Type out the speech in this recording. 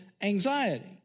anxiety